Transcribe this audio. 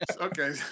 Okay